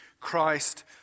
Christ